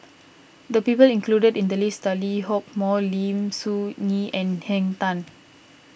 the people included in the list are Lee Hock Moh Lim Soo Ngee and Henn Tan